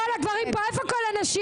כל הגברים פה, איפה כל הנשים?